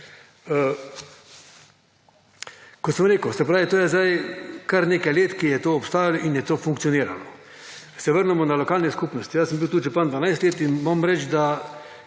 Kot sem rekel to je sedaj, kar nekaj let, ko je to obstajalo in je to funkcioniralo. Če se vrnemo na lokalne skupnosti. Jaz sem bil tudi župan 12 let in moram reči, da